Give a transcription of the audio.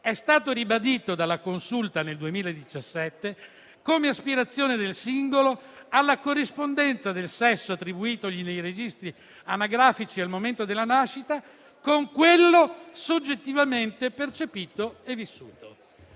è stato ribadito dalla Consulta nel 2017 come aspirazione del singolo alla corrispondenza del sesso attribuitogli nei registi anagrafici al momento della nascita con quello soggettivamente percepito e vissuto.